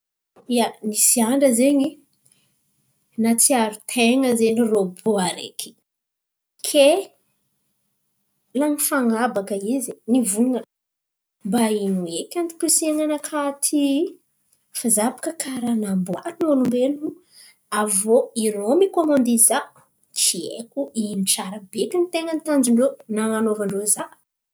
Ia, nisy andra zen̈y natsiaro-ten̈a zen̈y rôbô areky. Kay lany fan̈à bakà izy nivolan̈a, mba ino eky antom-pisian̈a nakà ity? Fa za baka karà namboarin̈y ny olombelon̈o. Avô irô mokômandy za, tsy aiko ino tsar beky ny ten̈a tanjon̈o ndrô nanamboara ndrô za?